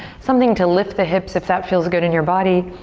something to lift the hips if that feels good in your body.